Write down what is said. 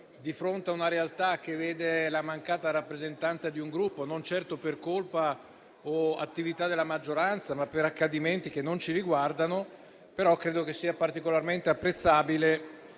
di fronte a una realtà che vede la mancata rappresentanza di un Gruppo, non certo per colpa o attività della maggioranza, ma per accadimenti che non la riguardano, credo sia particolarmente apprezzabile